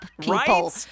people